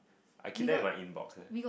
I keep them in my inbox leh